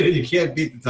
you can't beat